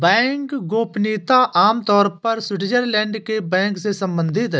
bank गोपनीयता आम तौर पर स्विटज़रलैंड के बैंक से सम्बंधित है